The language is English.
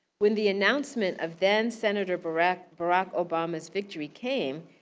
when the announcement of then-senator barack barack obama's victory came,